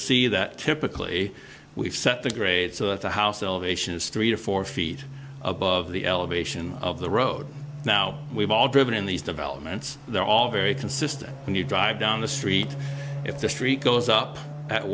see that typically we've set the grade so that the house elevation is three or four feet above the elevation of the road now we've all driven in these developments they're all very consistent when you drive down the street if the street goes up at